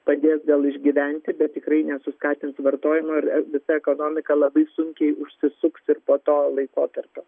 padės vėl išgyventi bet tikrai nesuskatins vartojimo ir visa ekonomika labai sunkiai užsisuks ir po to laikotarpio